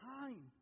time